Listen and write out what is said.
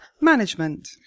Management